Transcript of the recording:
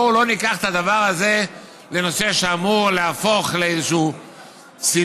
בואו לא ניקח את הדבר הזה לנושא שאמור להפוך לאיזושהי שנאה,